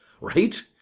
right